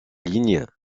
lignes